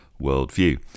worldview